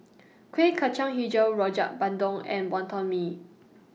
Kuih Kacang Hijau Rojak Bandung and Wonton Mee